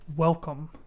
welcome